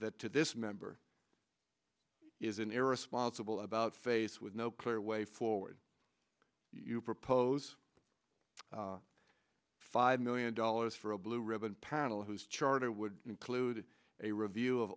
that to this member is an irresponsible about face with no clear way forward you propose five million dollars for a blue ribbon panel whose charter would include a review of